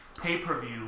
pay-per-view